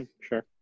sure